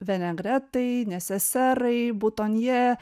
venegretai neseserai butonje